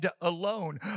alone